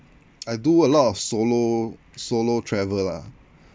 I do a lot of solo solo travel lah